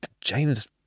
James